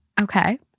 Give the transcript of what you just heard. Okay